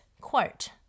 quote